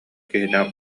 киһи